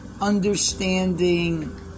understanding